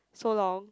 so long